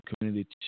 community